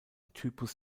typus